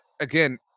again